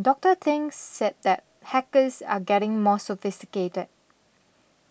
Doctor Thing said that hackers are getting more sophisticated